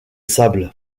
sable